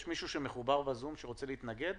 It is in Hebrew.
יש מישהו שמחובר שרוצה להתנגד